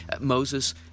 Moses